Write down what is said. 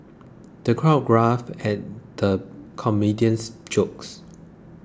the crowd guffawed at the comedian's jokes